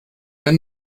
wenn